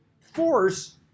force